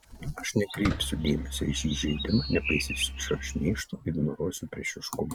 aš nekreipsiu dėmesio į šį įžeidimą nepaisysiu šio šmeižto ignoruosiu priešiškumą